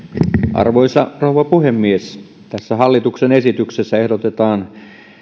arvoisa rouva puhemies tässä hallituksen esityksessä ehdotetaan